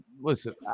listen